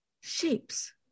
Shapes